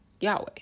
Yahweh